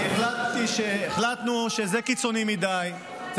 למה לא מחוקקים, כי החלטנו שזה קיצוני מדי.